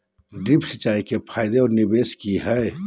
Drip सिंचाई के फायदे और निवेस कि हैय?